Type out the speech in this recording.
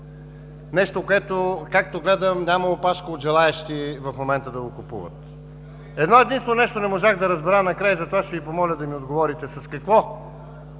нещо, което както гледам, няма опашка от желаещи в момента да го купуват. Едно-единствено нещо не можах да разбера накрая и затова ще Ви помоля да ми отговорите – с какво